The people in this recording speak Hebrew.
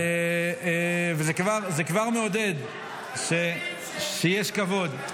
זה כבר מעודד שיש כבוד.